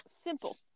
Simple